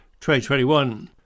2021